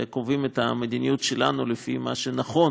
וקובעים את המדיניות שלנו לפי מה שנכון